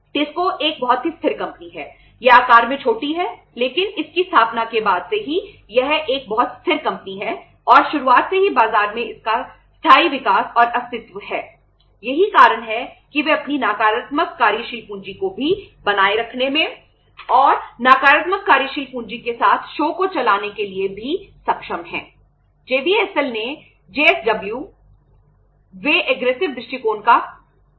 टिस्को दृष्टिकोण का पालन कर रहे हैं